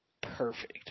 Perfect